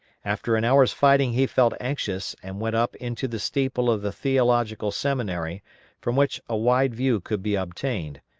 after an hour's fighting he felt anxious, and went up into the steeple of the theological seminary from which a wide view could be obtained,